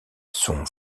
son